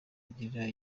ugira